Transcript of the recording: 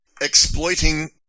exploiting